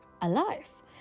alive